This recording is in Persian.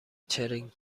چرینگ